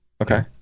Okay